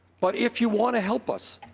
but if you want to help us